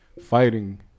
fighting